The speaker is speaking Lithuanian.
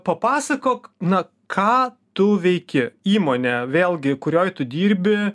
papasakok na ką tu veiki įmonė vėlgi kurioj tu dirbi